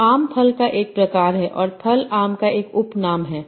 तो आम फल का एक प्रकार है और फल आम का एक उपनाम है